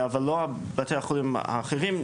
אבל לא בתי החולים האחרים.